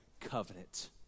covenant